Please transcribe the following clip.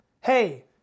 hey